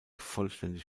vollständig